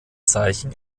zeichen